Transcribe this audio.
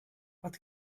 what